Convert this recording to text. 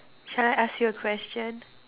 shall I ask you a question